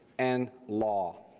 and law.